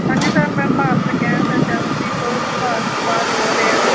ਹਾਂਜੀ ਸਰ ਮੈਂ Bharat Gas agency ਤੋਂ ਸੁਭਾਸ਼ ਕੁਮਾਰ ਬੋਲ ਰਿਹਾ